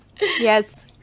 yes